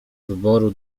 wyboru